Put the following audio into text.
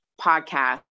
podcast